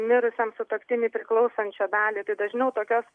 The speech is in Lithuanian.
mirusiam sutuoktiniui priklausančią dalį tai dažniau tokios